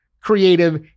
creative